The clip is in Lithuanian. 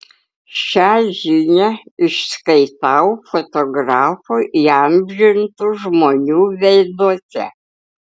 šią žinią išskaitau fotografų įamžintų žmonių veiduose